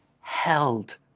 held